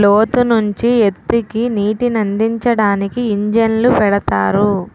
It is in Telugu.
లోతు నుంచి ఎత్తుకి నీటినందించడానికి ఇంజన్లు పెడతారు